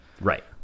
right